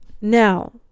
now